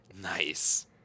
Nice